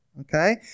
okay